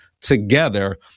together